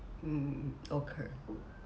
mm okay